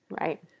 Right